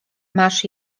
masz